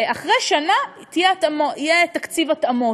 אחרי שנה יהיה תקציב התאמות.